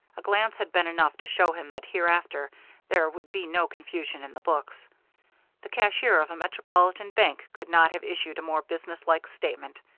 a glance had been enough to show him that hereafter there would be no confusion in the books the cashier of a metropolitan bank could not have issued a more businesslike statement.